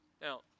Now